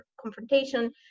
confrontation